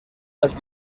las